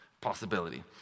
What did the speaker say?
possibility